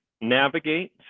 navigate